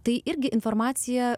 tai irgi informacija